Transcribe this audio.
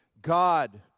God